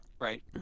Right